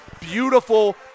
beautiful